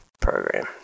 program